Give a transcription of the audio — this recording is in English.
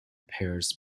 pairs